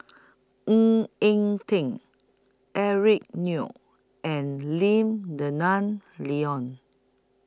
Ng Eng Teng Eric Neo and Lim Denan Denon